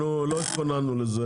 אנחנו לא התכוננו לזה,